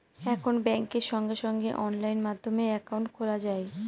এখন ব্যাঙ্কে সঙ্গে সঙ্গে অনলাইন মাধ্যমে একাউন্ট খোলা যায়